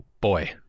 boy